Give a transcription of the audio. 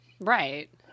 Right